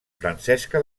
francesca